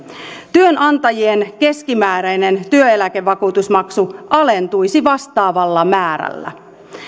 työnantajien keskimääräinen työeläkevakuutusmaksu alentuisi vastaavalla määrällä